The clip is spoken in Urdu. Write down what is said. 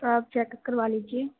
تو آپ چیک اپ کر وا لیجیے